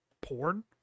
porn